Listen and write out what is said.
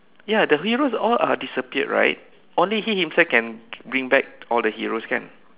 ya the heroes all are disappeared right only he himself can bring back all the heroes kan